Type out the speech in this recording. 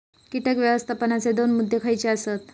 कीटक व्यवस्थापनाचे दोन मुद्दे खयचे आसत?